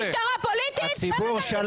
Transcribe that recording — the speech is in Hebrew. משטרה פוליטית, זה מה שהציבור רוצה?